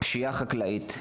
הפשיעה החקלאית.